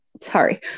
sorry